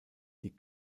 die